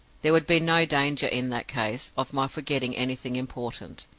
there would be no danger, in that case, of my forgetting anything important.